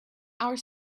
our